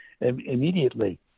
immediately